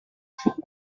femme